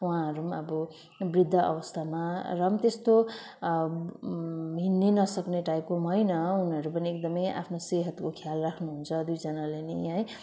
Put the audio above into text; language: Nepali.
उहाँहरूपनि अब वृद्ध अवस्थामा र पनि त्यस्तो हिँड्नै नसक्ने टाइपको पनि होइन उनीहरूरू पनि एकदमै आफ्नो सेहतको ख्याल राख्नुहुन्छ दुईजनाले नै है